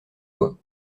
bois